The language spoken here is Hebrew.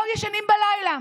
לא ישנים בלילה,